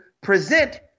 present